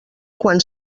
quan